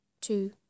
two